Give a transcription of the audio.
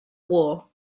war